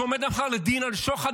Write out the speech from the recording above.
שעומד מחר לדין על שוחד,